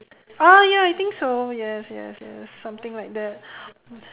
ah ya I think so yes yes yes something like that